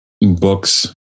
books